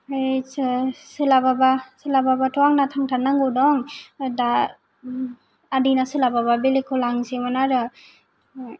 आमफ्राय सोलाबाबा सोलाबाबथ' आंना थांथारनांगौ दं दा आदैना सोलाबाबा बेलेगखौ लांसैमोन आरो